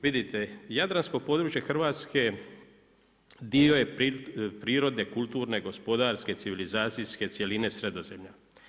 Vidite jadransko područje Hrvatske dio je prirode kulturne, gospodarske, civilizacijske cjeline Sredozemlja.